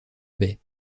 baies